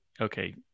okay